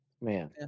man